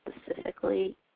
specifically